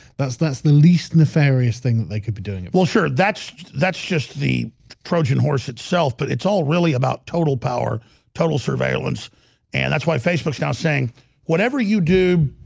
that's that's the least nefarious thing that they could be doing it well sure that's that's just the protein horse itself, but it's all really about total power total surveillance and that's why facebook's now saying whatever you do